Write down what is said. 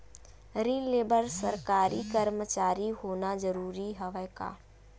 ऋण ले बर सरकारी कर्मचारी होना जरूरी हवय का?